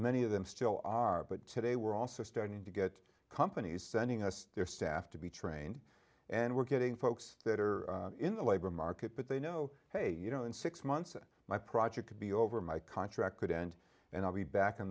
many of them still are but today we're also starting to get companies sending us their staff to be trained and we're getting folks that are in the labor market but they know hey you know in six months my project could be over my contract could end and i'll be back in